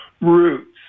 roots